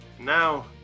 now